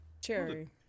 cherry